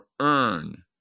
earn